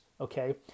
Okay